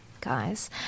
guys